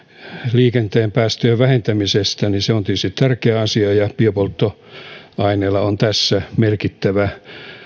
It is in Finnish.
liikenteen päästöjen vähentämisestä niin se on tietysti tärkeä asia ja biopolttoaineilla on tässä merkittävä